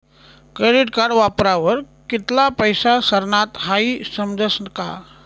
credit card वापरावर कित्ला पैसा सरनात हाई समजस का